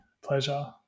pleasure